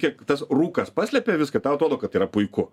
kiek tas rūkas paslepė viską tau atrodo kad tai yra puiku